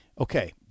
Okay